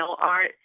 art